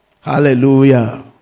Hallelujah